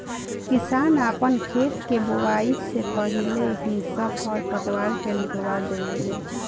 किसान आपन खेत के बोआइ से पाहिले ही सब खर पतवार के निकलवा देवे ले